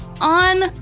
on